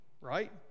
right